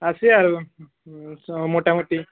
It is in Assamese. আছে আৰু মোটামুটি